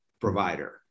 provider